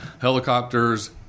helicopters